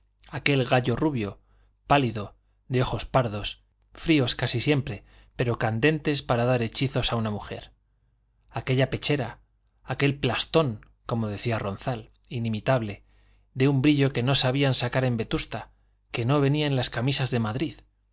aquel gallo rubio pálido de ojos pardos fríos casi siempre pero candentes para dar hechizos a una mujer aquella pechera aquel plastón como decía ronzal inimitable de un brillo que no sabían sacar en vetusta que no venía en las camisas de madrid